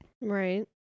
Right